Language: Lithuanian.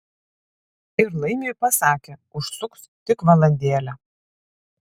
ir laimiui pasakė užsuks tik valandėlę